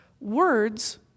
words